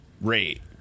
rate